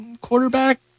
quarterback